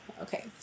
Okay